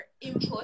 input